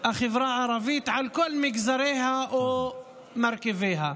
החברה הערבית על כל מגזריה או מרכיביה.